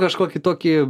kažkokį tokį